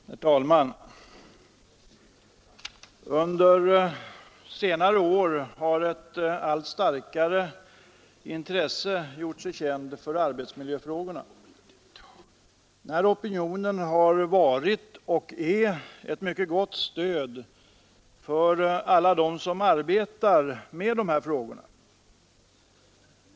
Herr talman! Under senare år har ett allt starkare intresse för arbetsmiljöfrågorna gjort sig gällande. Den här opinionen har varit och är ett mycket gott stöd för alla dem som arbetar med dessa frågor.